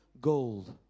gold